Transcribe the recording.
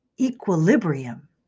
equilibrium